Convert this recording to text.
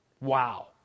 Wow